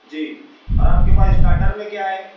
جی اور آپ کے پاس اسٹاٹر میں کیا ہے